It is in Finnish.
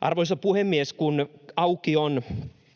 Arvoisa puhemies! Kun auki on